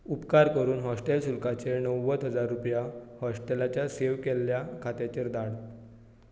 उपकार करून हॉस्टेल शुल्काचे णव्वद हजार रुपया हॉस्टेलाच्या सेव्ह केल्ल्या खात्याचेर धाड